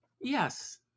Yes